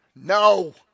No